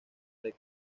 fred